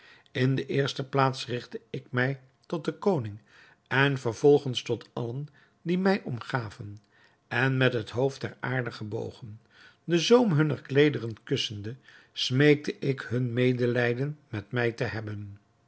in de eerste plaats rigtte ik mij tot den koning en vervolgens tot allen die mij omgaven en met het hoofd ter aarde gebogen den zoom hunner kleederen kussende smeekte ik hun medelijden met mij te hebben